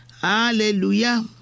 Hallelujah